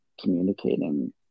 communicating